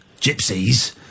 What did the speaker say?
gypsies